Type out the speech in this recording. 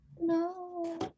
no